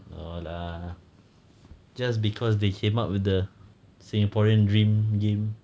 no lah just cause they came up with the singaporean dream game